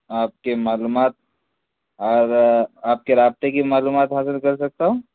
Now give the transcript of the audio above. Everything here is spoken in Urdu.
آپ کے معلومات اور آپ کے رابطے کی معلومات حاصل کر سکتا ہوں